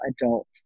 adult